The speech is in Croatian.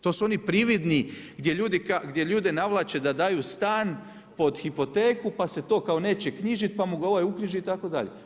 To su oni prividni gdje ljude navlače da daju stan pod hipoteku, pa se to kao neće knjižiti pa mu ga ovaj uknjiži itd.